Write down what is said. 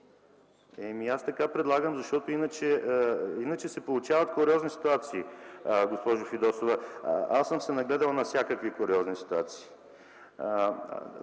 Аз така предлагам, защото иначе се получават куриозни ситуации, госпожо Фидосова. Нагледал съм се на всякакви куриозни ситуации.